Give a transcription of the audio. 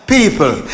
People